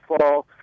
fall